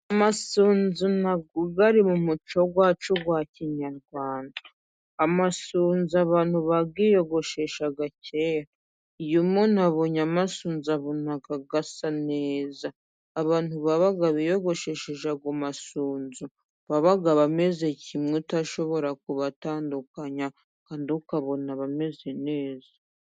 Amasunzu nayo ari mu muco wacu wa kinyarwanda, amasunzu abantu bayiyogoshesha kera. Iyo umuntu abonye amasunzu abona asa neza. Abantu baba biyogoshesheje ayo masunzu babaga bameze kimwe utashobora kubatandukanya kandi ukabona bameze neza.